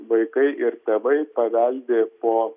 vaikai ir tėvai paveldi po